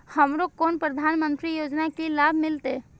हमरो केना प्रधानमंत्री योजना की लाभ मिलते?